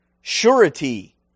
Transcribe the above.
surety